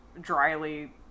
dryly